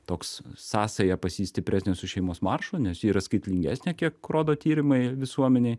toks sąsaja pas jį stipresnė su šeimos maršu nes ji yra skaitlingesnė kiek rodo tyrimai visuomenėj